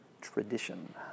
tradition